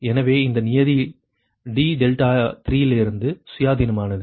எனவே இந்த நியதி d3 இலிருந்து சுயாதீனமானது